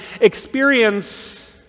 experience